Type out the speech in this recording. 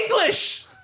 English